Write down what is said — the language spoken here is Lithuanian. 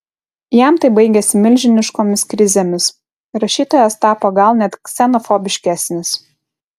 jam tai baigėsi milžiniškomis krizėmis rašytojas tapo gal net ksenofobiškesnis